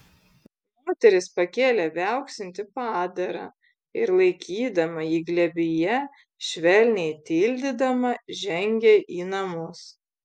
moteris pakėlė viauksintį padarą ir laikydama jį glėbyje švelniai tildydama žengė į namus